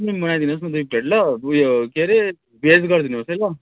chowmein बनाइदिनु होस् न दुई प्लेट ल उयो के अरे भेज गरिदिनु होस् है ल